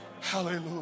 Hallelujah